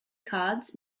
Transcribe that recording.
cards